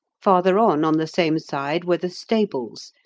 farther on, on the same side, were the stables,